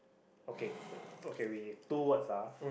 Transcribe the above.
okay so okay we have two words ah